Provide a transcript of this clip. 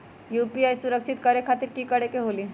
UPI सुरक्षित करे खातिर कि करे के होलि?